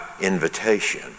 invitation